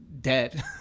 dead